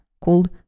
called